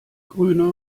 grüne